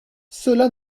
cela